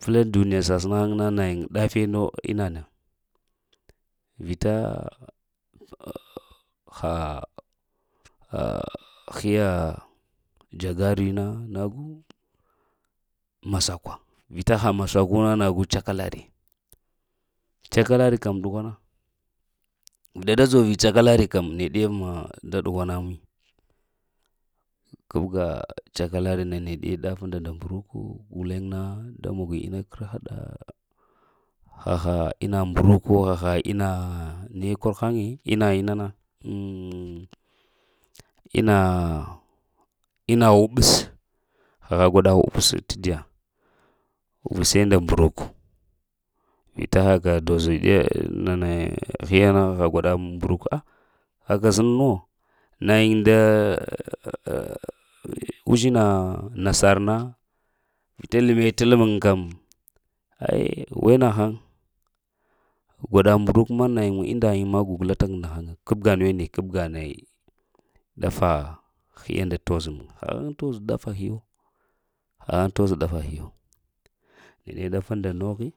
Pla duniya sa səna haŋ na nayiŋ ɗafe no ina na. Vita ha hiya jagari na nagu masakwa vita ha masaku na nagu cakalari cakalari kəm ɗughwana. Bda jovi cakalari kəm neɗe ma da ɗugwana mi, kəbga cakalari na neɗe ɗafunda nda mbruku, guleŋ na da moni ina kar hada haha ina mbruku haha ina ne kur haŋi ina mana ina ina uɓəs haha gwaɗa ubəse ta diya uɓese nda mbruku. Vita haka doz nana hiya na haha gwaɗa nbruk? Haka səninuwo nayiŋ nda uzhina nasar na vita ləme t lemuŋ kəm ai we nahaŋ gwaɗa, mbruk ma nayiŋ indayiŋ ma gugla ta haŋ nahaŋe ai kabga nuwene kabga na yiŋ ɗafa hiyunda toz yiŋ ha haŋ toz dafa hiyu, hahaŋ toz dafa hiyu. Neɗe dafunda nohi